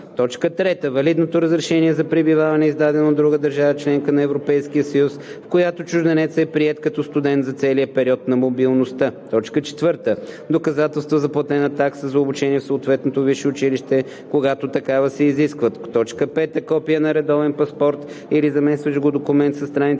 мобилността; 3. валидно разрешение за пребиваване, издадено от друга държава – членка на Европейския съюз, в която чужденецът е приет като студент за целия период на мобилността; 4. доказателство за платена такса за обучение в съответното висше училище, когато такава се изисква; 5. копие на редовен паспорт или заместващ го документ със страниците